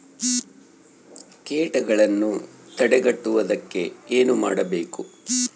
ಕೇಟಗಳನ್ನು ತಡೆಗಟ್ಟುವುದಕ್ಕೆ ಏನು ಮಾಡಬೇಕು?